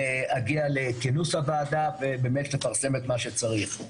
להגיע לכינוס הוועדה ולפרסם את מה שצריך.